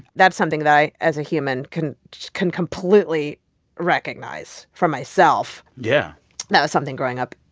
that's something that i, as a human, can can completely recognize for myself yeah that was something, growing up,